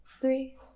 three